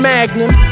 Magnum